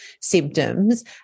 symptoms